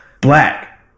Black